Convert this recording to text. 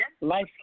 life